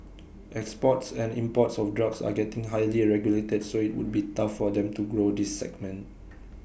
exports and imports of drugs are getting highly A regulated so IT would be tough for them to grow this segment